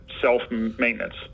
self-maintenance